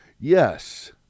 yes